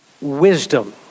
wisdom